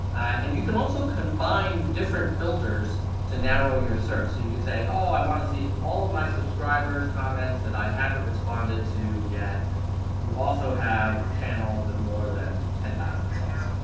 and you can also combine different filters to narrow your search. so you could say oh, i want to see all of my subscribers' comments that i haven't responded to yet who also have channels with more that ten thousand subs.